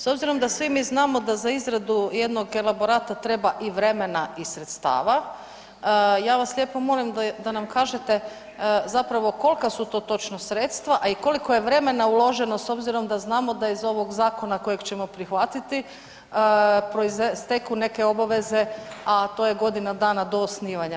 S obzirom da svi mi znamo da za izradu jednog elaborata treba i vremena i sredstava, ja vas lijepo molim da nam kažete zapravo kolika su to točna sredstva, a i koliko je vremena uloženo s obzirom da znamo da iz ovog zakona kojeg ćemo prihvatiti steku neke obaveze a to je godina dana do osnivanja.